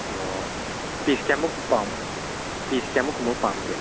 ꯑꯣ ꯄꯤꯁ ꯀꯌꯥꯃꯨꯛ ꯄꯤꯁ ꯀꯌꯥꯃꯨꯛꯀꯨꯝꯕ ꯄꯥꯝꯒꯦ